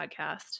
podcast